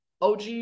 OG